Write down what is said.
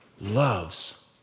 loves